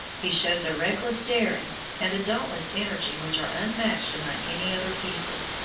he shows a reckless daring and a dauntless energy which are unmatched among any other people.